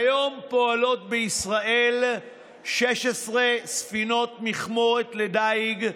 כיום פועלות בישראל 16 ספינות מכמורת לדיג,